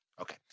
Okay